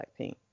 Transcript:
Blackpink